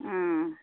ம்